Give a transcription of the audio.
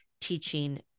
teaching